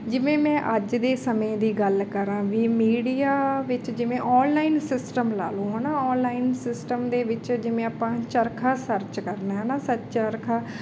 ਜਿਵੇਂ ਮੈਂ ਅੱਜ ਦੇ ਸਮੇਂ ਦੀ ਗੱਲ ਕਰਾਂ ਵੀ ਮੀਡੀਆ ਵਿੱਚ ਜਿਵੇਂ ਔਨਲਾਈਨ ਸਿਸਟਮ ਲਾ ਲਓ ਹੈ ਨਾ ਔਨਲਾਈਨ ਸਿਸਟਮ ਦੇ ਵਿੱਚ ਜਿਵੇਂ ਆਪਾਂ ਚਰਖਾ ਸਰਚ ਕਰਨਾ ਹੈ ਨਾ ਸ ਚਰਖ਼ਾ